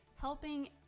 helping